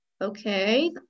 Okay